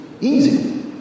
easy